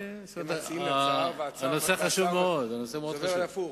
זה עבד הפוך,